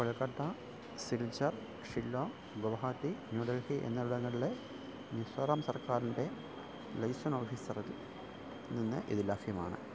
Kolkata Silchar Shillong Guwahati New Delhi എന്നിവിടങ്ങളിലെ മിസോറാം സർക്കാരിൻ്റെ liaison ഓഫീസറിൽ നിന്ന് ഇത് ലഭ്യമാണ്